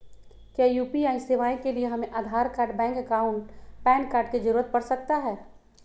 क्या यू.पी.आई सेवाएं के लिए हमें Aadhaar card bank account PAN card की जरूरत पड़ सकता है?